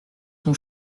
son